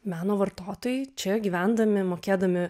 meno vartotojai čia gyvendami mokėdami